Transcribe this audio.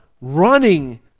running